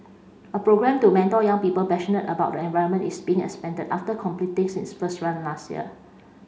a programme to mentor young people passionate about the environment is being expanded after completing its first run last year